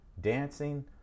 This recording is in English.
dancing